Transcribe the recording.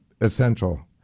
Essential